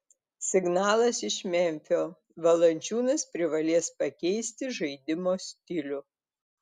signalas iš memfio valančiūnas privalės pakeisti žaidimo stilių